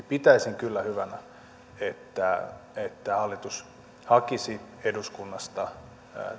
pitäisin kyllä hyvänä että paitsi tietoa hallitus hakisi eduskunnasta